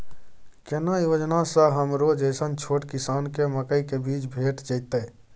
केना योजना स हमरो जैसन छोट किसान के मकई के बीज भेट जेतै?